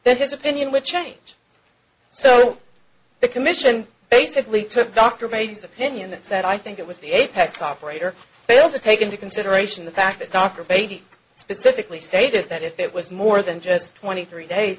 that his opinion which change so the commission basically took dr bay's opinion that said i think it was the apex operator failed to take into consideration the fact that dr beatty specifically stated that if it was more than just twenty three days